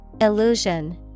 Illusion